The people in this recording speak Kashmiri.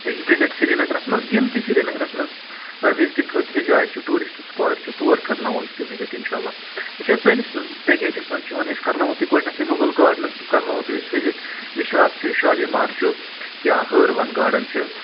یہِ وِزِٹ سرینگرس منٛز یِم تہِ سرینگرس منٛز وِزٹِنٛگ خٲطرٕ جاے چھِ ٹوٗرِسٹہٕ سٕپاٹ چھِ تور کرناوَو أسۍ تُہۍ وِزِٹ اِنشاء اللہ وٕچھ حظ سٲنِس پٮ۪کیجَس منٛز چھِ یِوان أسۍ کرناوَو گۄڈٕنٮ۪تھٕے مُغل گاڈنَس کرناوَو تُہۍ أسۍ وِزِٹ نِشاط چھِ شالیمار چھُ یا ہٲروَن گاڈَن چھِ